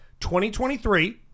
2023